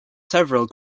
several